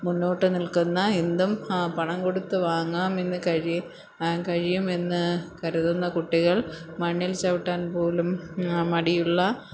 മുന്നോട്ട് നില്ക്കുന്ന എന്തും പണം കൊടുത്ത് വാങ്ങാമെന്ന് കഴിയും കഴിയുമെന്ന് കരുതുന്ന കുട്ടികള് മണ്ണില് ചവിട്ടാന് പോലും മടിയുള്ള